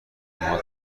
موهات